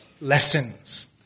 lessons